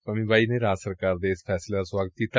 ਪੰਮੀ ਬਾਈ ਨੇ ਰਾਜ ਸਰਕਾਰ ਦੇ ਇਸ ਫੈਸਲੇ ਦਾ ਸੁਆਗਤ ਕੀਤਾ